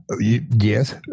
Yes